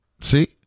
see